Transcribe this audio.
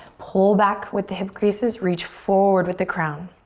pull back with the hip creases, reach forward with the crown.